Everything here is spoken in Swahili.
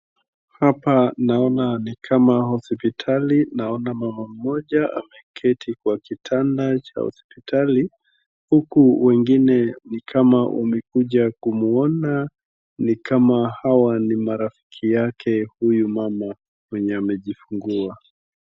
Hapa naona ni kama hospitali, naona mama mmoja ameketi kwa kitanda cha hospitali huku wengine ni kama wamekuja kumuona ni kama hawa ni marafiki yake huyu mama mwenye amejifungua.